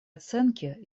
оценки